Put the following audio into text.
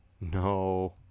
No